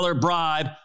bribe